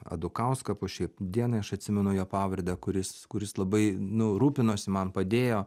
adukauską po šiai dienai aš atsimenu jo pavardę kuris kuris labai nu rūpinosi man padėjo